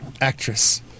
actress